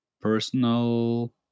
personal